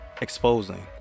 exposing